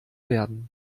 werden